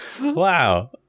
Wow